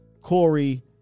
Corey